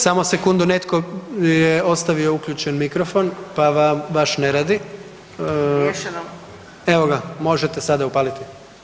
Samo sekundu, netko je ostavio uključen mikrofon pa vam baš ne radi [[Upadica: Riješeno.]] Evo ga, možete sada upaliti.